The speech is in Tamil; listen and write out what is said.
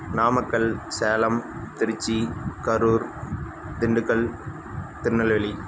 நாமக்கல் சேலம் திருச்சி கரூர் திண்டுக்கல் திருநெல்வேலி